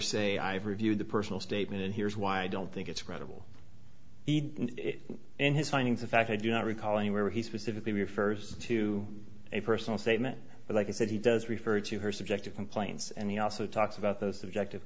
say i've reviewed the personal statement and here's why i don't think it's credible in his findings of fact i do not recall any where he specifically refers to a personal statement but like i said he does refer to her subjective complaints and he also talks about those subjective